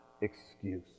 excuse